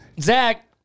Zach